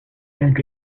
and